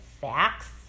facts